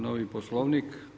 Novi Poslovnik.